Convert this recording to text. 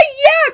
yes